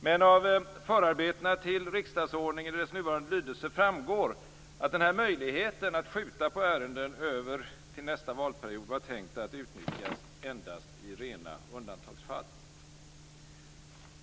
Men av förarbetena till riksdagsordningen i dess nuvarande lydelse framgår att möjligheten att skjuta på ärenden till nästa valperiod var tänkt att utnyttjas endast i rena undantagsfall.